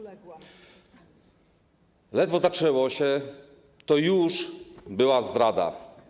Ledwo zaczęło się, to już była zdrada.